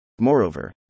Moreover